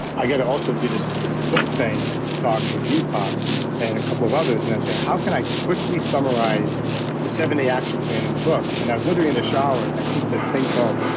i got to also do this this book thing talk with deepak and a couple of others. and i'm saying, how can i quickly summarize the seven day action plan in the book? and i was literally in the shower and i keep this thing called